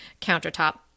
countertop